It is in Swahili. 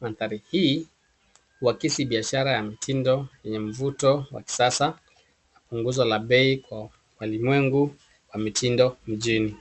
Mandhari hii huakisi biashara ya mtindo wenye mvuto wa kisasa. Punguzo la bei kwa walimwengo wa mitindo mijini.